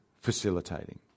facilitating